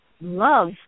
love